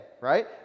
right